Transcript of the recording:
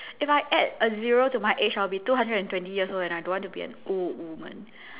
if I add a zero to my age I will be two hundred and twenty years old and I don't want to be an old woman